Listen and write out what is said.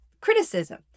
criticism